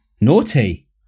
naughty